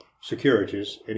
securities